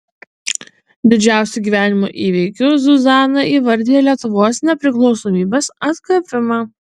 didžiausiu gyvenimo įvykiu zuzana įvardija lietuvos nepriklausomybės atgavimą